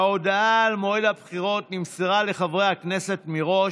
ההודעה על מועד הבחירות נמסרה לחברי הכנסת מראש,